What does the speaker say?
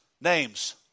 names